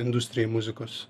industrijai muzikos